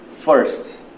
First